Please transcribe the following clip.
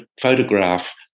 photograph